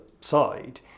side